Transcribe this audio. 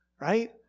right